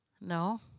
No